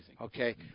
Okay